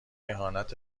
اهانت